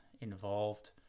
involved